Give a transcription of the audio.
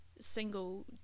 single